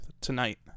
tonight